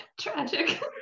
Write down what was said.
Tragic